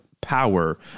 power